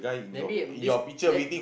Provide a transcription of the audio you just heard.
maybe um this there